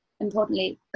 importantly